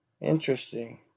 Interesting